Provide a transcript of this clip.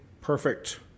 perfect